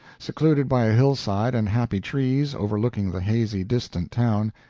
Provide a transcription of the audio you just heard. secluded by a hillside and happy trees, overlooking the hazy, distant town,